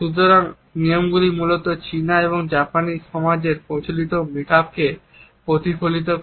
সুতরাং এই নিয়মগুলি মূলত চীনা এবং জাপানি সমাজের প্রচলিত মেকআপকে প্রতিফলিত করে